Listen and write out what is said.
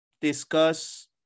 discuss